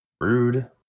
Rude